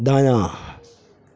दायाँ